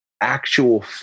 actual